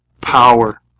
power